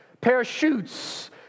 parachutes